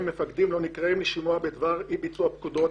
מפקדים לא נקראים לשימוע בדבר אי-ביצוע פקודות,